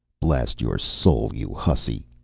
blast your soul, you hussy!